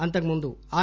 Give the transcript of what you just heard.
అంతకు ముందు ఆర్